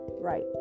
right